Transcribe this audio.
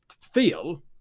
feel